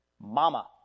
Mama